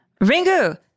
Ringu